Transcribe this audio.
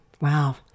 Wow